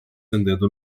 andando